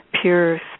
pure